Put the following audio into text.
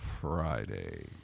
Friday